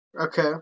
Okay